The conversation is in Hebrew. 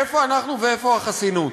איפה אנחנו ואיפה החסינות?